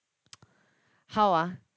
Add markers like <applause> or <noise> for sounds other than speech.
<noise> how ah